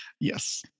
Yes